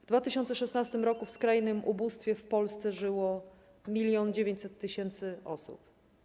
W 2016 r. w skrajnym ubóstwie w Polsce żyło 1900 tys. osób.